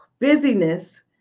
Busyness